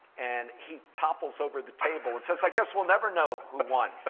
and he topples over the table and says, i guess we'll never know who won.